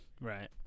right